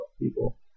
people